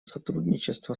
сотрудничество